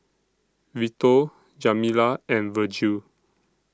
Vito Jamila and Virgil